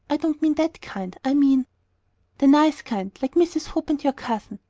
i don't mean that kind. i mean the nice kind, like mrs. hope and your cousin.